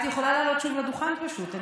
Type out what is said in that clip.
את יכולה לעלות שוב לדוכן, פשוט.